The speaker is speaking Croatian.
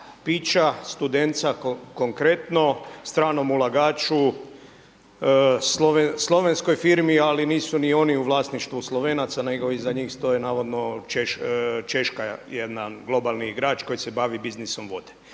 pića, Studenca konkretno stranom ulagaču slovenskoj firmi. Ali nisu ni oni u vlasništvu Slovenaca, nego iza njih stoje navodno Češka, jedan globalni igrač koji se bavi biznisom vode.